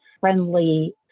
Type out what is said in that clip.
friendly